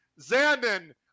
Zandon